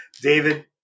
David